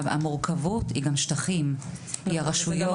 המורכבות היא גם שטחים ורשויות